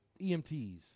EMTs